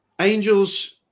angels